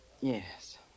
Yes